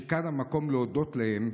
שכאן המקום להודות להם,